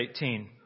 18